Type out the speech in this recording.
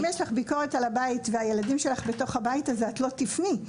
אם יש לך ביקורת על הבית והילדים שלך בתוך הבית הזה את לא תפני.